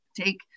take